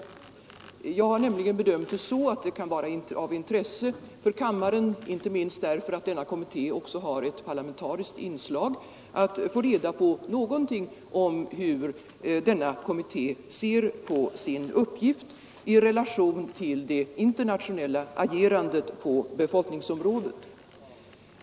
Jag har nämligen bedömt det så att det kan vara av intresse för kammaren, inte minst därför att denna kommitté också har ett parlamentariskt inslag, att få reda på någonting om hur kommittén ser på sin uppgift i relation till det internationella agerandet på befolkningsområdet.